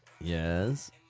Yes